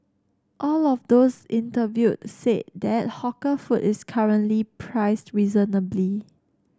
all of those interviewed said that hawker food is currently priced reasonably